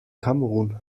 kamerun